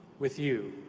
with you.